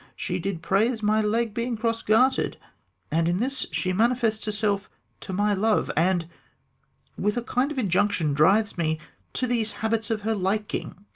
she did praise my leg being cross-garter'd and in this she manifests herself to my love, and with a kind of injunction drives me to these habits of her liking.